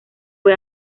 fue